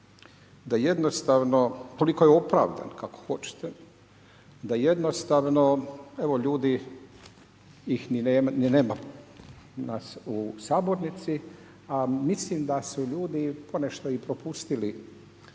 da jednostavno, toliko je opravdan, kako hoćete, da jednostavno, evo ljudi ih ni nema nas u sabornici, a mislim da su ljudi ponešto i propustili